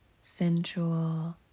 sensual